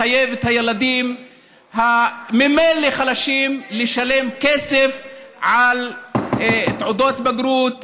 לחייב את הילדים החלשים ממילא לשלם כסף על תעודות בגרות,